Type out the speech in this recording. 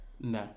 No